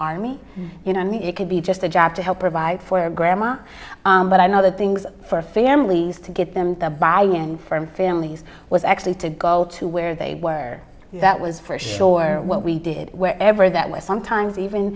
army you know i mean it could be just a job to help provide for grandma but i know other things for families to get them to buy in for families was actually to go to where they were that was for sure what we did wherever that was sometimes even